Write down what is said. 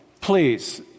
please